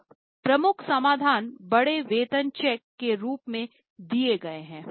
अब प्रमुख समाधान बड़े वेतन चेक के रूप में दिए गए हैं